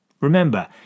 Remember